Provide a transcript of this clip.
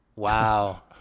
Wow